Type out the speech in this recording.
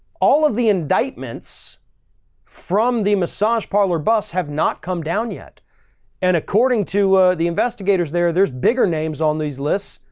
all of the indictments from the massage parlor bus have not come down yet and according to the investigators there, there's bigger names on these lists.